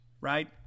right